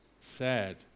Sad